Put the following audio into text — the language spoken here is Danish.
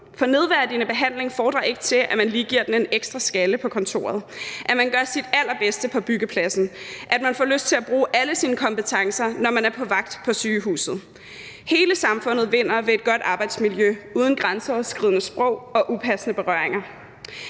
For nedværdigende behandling medvirker ikke til, at man lige giver den en ekstra skalle på kontoret, at man gør sit allerbedste på byggepladsen, at man får lyst til at bruge alle sine kompetencer, når man er på vagt på sygehuset. Hele samfundet vinder ved et godt arbejdsmiljø uden grænseoverskridende sprog og upassende berøringer.